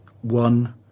one